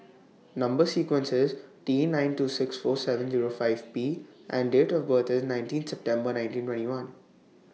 Number sequence IS T nine two six four seven Zero five P and Date of birth IS nineteenth September nineteen twenty one